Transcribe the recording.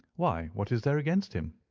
why, what is there against him?